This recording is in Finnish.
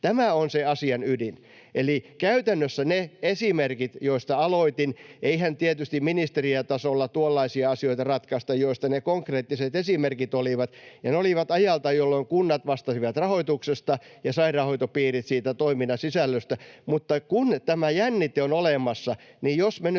Tämä on se asian ydin. Käytännössä ne esimerkit, joista aloitin — eihän tietysti ministeriötasolla tuollaisia asioita ratkaista, joista ne konkreettiset esimerkit olivat — olivat ajalta, jolloin kunnat vastasivat rahoituksesta ja sairaanhoitopiirit siitä toiminnan sisällöstä, mutta kun tämä jännite on olemassa, niin jos me nyt